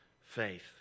faith